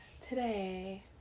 today